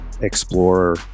Explorer